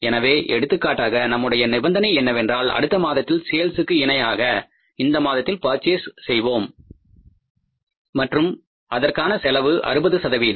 எனவே எடுத்துக்காட்டாக நம்முடைய நிபந்தனை என்னவென்றால் அடுத்த மாதத்தில் சேல்ஸ்க்கு இணையாக இந்த மாதத்தில் பர்சேஸ் செய்வோம் மற்றும் அதற்கான செலவு 60